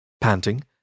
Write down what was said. Panting